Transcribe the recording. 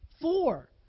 four